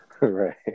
Right